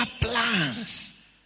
plans